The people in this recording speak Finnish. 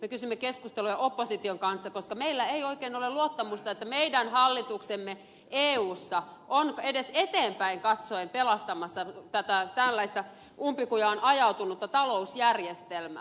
me kysymme keskusteluja opposition kanssa koska meillä ei oikein ole luottamusta että meidän hallituksemme eussa on edes eteenpäin katsoen pelastamassa tätä tällaista umpikujaan ajautunutta talousjärjestelmää